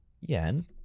yen